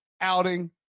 outing